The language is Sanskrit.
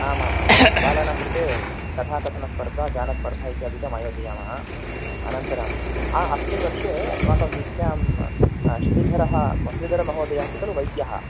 आम् आम् आं बालानां कृते कथाकथनस्पर्धा गानस्पर्धा इत्यादिकम् आयोजयामः अनन्तरं अस्मिन् वर्षे अस्माकं वीथ्यां श्रीधरः श्रीधरमहोदयः अस्ति खलु वैद्यः